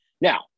Now